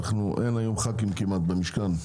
אין היום ח"כים כמעט במשכן,